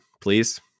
Please